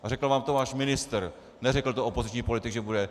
A řekl vám to váš ministr, neřekl to opoziční politik, že bude.